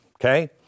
okay